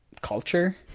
culture